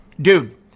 Dude